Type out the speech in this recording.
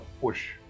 push